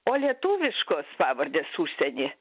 o lietuviškos pavardės užsieny